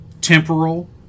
temporal